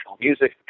music